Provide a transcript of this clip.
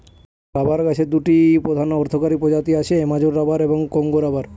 rubber গাছের দুটি প্রধান অর্থকরী প্রজাতি আছে, অ্যামাজন রবার এবং কংগো রবার